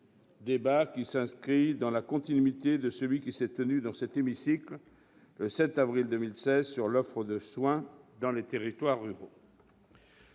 débat s'inscrit dans la continuité de celui qui s'est tenu dans cet hémicycle le 7 avril 2016 sur l'offre de soins dans les territoires ruraux